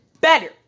better